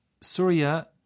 Surya